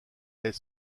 est